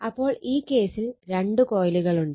അപ്പോൾ ഈ കേസിൽ രണ്ട് കോയിലുകളുണ്ട്